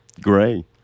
gray